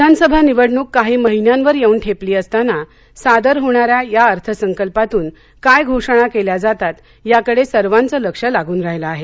विधानसभा निवडणूक काही महिन्यांवर येऊन ठेपली असताना सादर होणाऱ्या या अर्थसंकल्पातून काय घोषणा केल्या जातात याकडे सर्वांचं लक्ष लागून राहिलं आहे